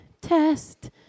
test